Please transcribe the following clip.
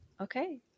Okay